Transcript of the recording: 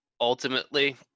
ultimately